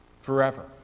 forever